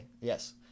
yes